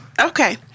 Okay